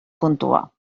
puntua